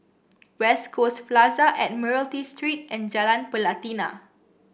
West Coast Plaza Admiralty Street and Jalan Pelatina